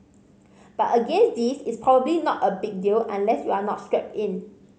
but again this is probably not a big deal unless you are not strapped in